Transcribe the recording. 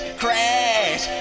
crash